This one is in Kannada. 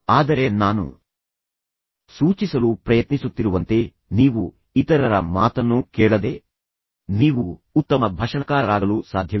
ಆದರೆ ನಾನು ಸೂಚಿಸಲು ಪ್ರಯತ್ನಿಸುತ್ತಿರುವಂತೆ ನೀವು ಇತರರ ಮಾತನ್ನು ಕೇಳದೆ ನೀವು ಉತ್ತಮ ಭಾಷಣಕಾರರಾಗಲು ಸಾಧ್ಯವಿಲ್ಲ